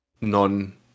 non